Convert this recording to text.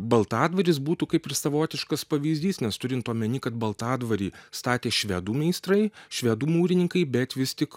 baltadvaris būtų kaip ir savotiškas pavyzdys nes turint omeny kad baltadvarį statė švedų meistrai švedų mūrininkai bet vis tik